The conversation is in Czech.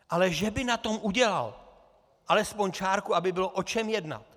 Ale že by na tom udělal alespoň čárku, aby bylo o čem jednat!